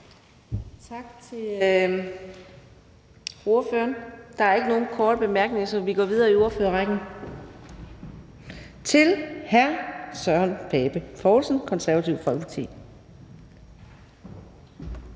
Tak til ordføreren. Der er ikke nogen korte bemærkninger, så vi går videre i ordførerrækken til hr. Søren Pape Poulsen, Det Konservative Folkeparti.